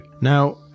Now